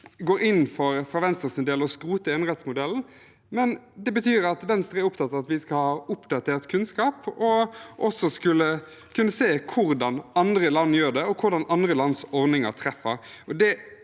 del går inn for å skrote enerettsmodellen, men det betyr at Venstre er opptatt av at vi skal ha oppdatert kunnskap, og også kunne se hvordan andre land gjør det, og hvordan andre lands ordninger treffer.